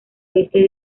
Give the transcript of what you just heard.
oeste